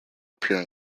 appear